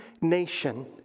nation